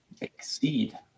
Exceed